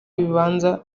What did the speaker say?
ibibanza